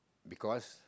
because